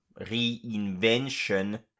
reinvention